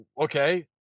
okay